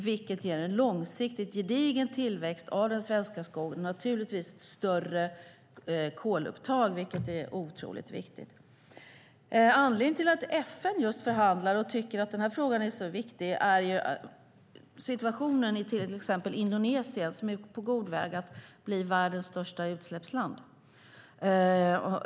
Det ger en långsiktigt gedigen tillväxt av den svenska skogen och naturligtvis ett större kolupptag, vilket är otroligt viktigt. Anledningen till att FN just förhandlar och tycker att den här frågan är så viktig är till exempel situationen i Indonesien som är på god väg att bli världens största utsläppsland.